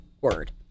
word